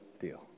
deal